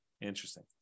interesting